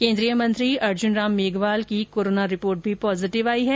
केन्द्रीय मंत्री अर्जुनराम मेघवाल की कोरोना रिपोर्ट भी पॉजिटिव आई है